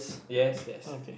yes yes